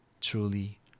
truly